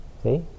See